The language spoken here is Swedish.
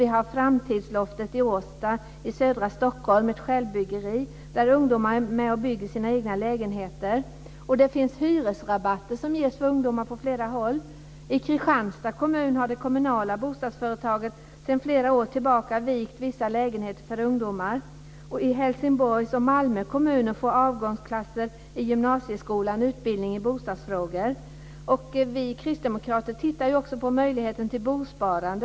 Vi har Framtidsloftet i Årsta i södra Stockholm. Det är ett självbyggeri där ungdomar är med och bygger sina egna lägenheter. Det finns också hyresrabatter som ges till ungdomar på flera håll. I Kristianstads kommun har det kommunala bostadsföretaget sedan flera år tillbaka vigt vissa lägenheter för ungdomar. I Helsingborgs och Malmö kommuner får avgångsklasser i gymnasieskolan utbildning i bostadsfrågor. Vi kristdemokrater tittar också på möjligheten till bosparande.